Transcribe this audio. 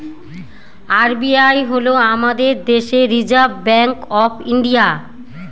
RBI হল আমাদের দেশের রিসার্ভ ব্যাঙ্ক অফ ইন্ডিয়া